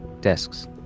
desks